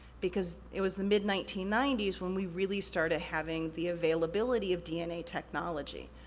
because it was the mid nineteen ninety s when we really started having the availability of dna technology.